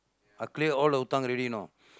I clear all the hutang already you know